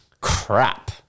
Crap